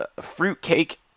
fruitcake